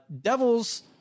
devils